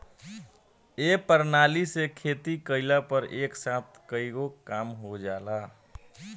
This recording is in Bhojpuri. ए प्रणाली से खेती कइला पर एक साथ कईगो काम हो जाला